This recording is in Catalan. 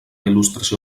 il·lustració